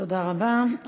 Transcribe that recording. תודה רבה.